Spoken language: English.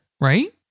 Right